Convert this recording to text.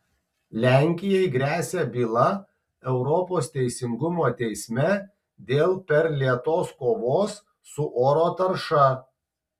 lenkijai gresia byla europos teisingumo teisme dėl per lėtos kovos su oro tarša